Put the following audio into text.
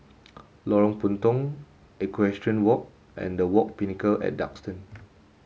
Lorong Puntong Equestrian Walk and The Pinnacle at Duxton